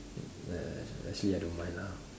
actually I don't mind lah